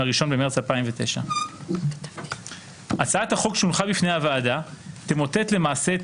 מה-1 במרץ 2009. הצעת החוק שהונחה בפני הוועדה תמוטט למעשה את